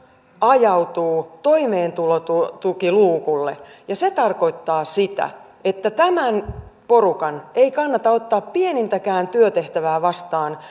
ajautuu toimeentulotukiluukulle ja se tarkoittaa sitä että tämän porukan ei kannata ottaa pienintäkään työtehtävää vastaan